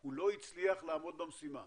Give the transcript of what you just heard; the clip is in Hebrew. הוא לא הצליח לעמוד במשימה